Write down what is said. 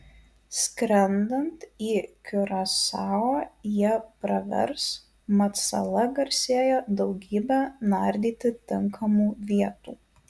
skrendant į kiurasao jie pravers mat sala garsėja daugybe nardyti tinkamų vietų